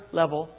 level